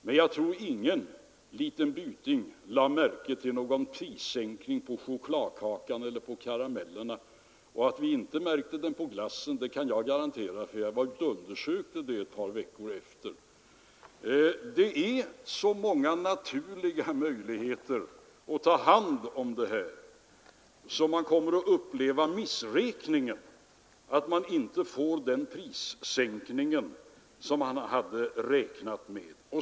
Men jag tror inte att någon liten byting lade märke till någon prissänkning på chokladkakan eller karamellerna. Och att vi inte märkte den på glassen kan jag garantera — jag var ute och undersökte det efter skattesänkningen. Det finns så många naturliga möjligheter att ta hand om detta att människor kommer att uppleva missräkningen att inte få den prissänkning som de hade räknat med.